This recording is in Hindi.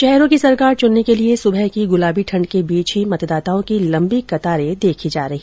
शहरों की सरकार चुनने के लिए सुबह की गुलाबी ठंड के बीच ही मतदाताओं की लंबी कतारें देखी गई